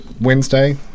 Wednesday